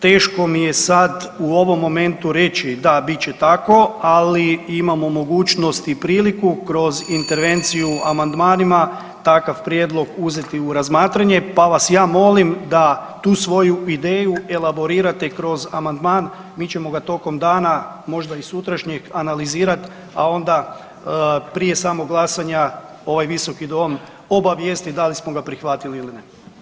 Teško mi je sad u ovom momentu reći da bit će tako, ali imamo mogućnost i priliku kroz intervenciju amandmanima takav prijedlog uzeti u razmatranje, pa vas ja molim da tu svoju ideju elaborirate kroz amandman, mi ćemo ga tokom dana, možda i sutrašnjeg, analizirat, a onda prije samog glasanja ovaj visoki dom obavijestit da li smo ga prihvatili ili ne.